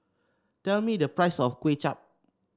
tell me the price of Kuay Chap